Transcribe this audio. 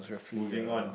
moving on